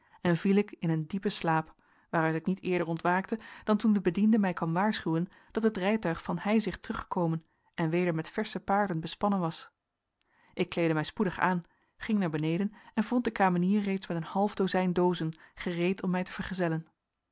en viel ik in een diepen slaap waaruit ik niet eerder ontwaakte dat toen de bediende mij kwam waarschuwen dat het rijtuig van heizicht teruggekomen en weder met versche paarden bespannen was ik kleedde mij spoedig aan ging naar beneden en vond de kamenier reeds met een half dozijn doozen gereed om mij te vergezellen